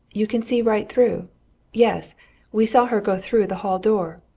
you can see right through yes we saw her go through the hall door.